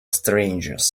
strangers